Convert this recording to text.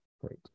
Great